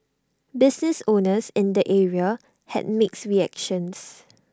business owners in the area had mixed reactions